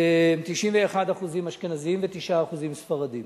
91% אשכנזים ו-9% ספרדים.